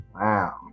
Wow